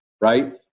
right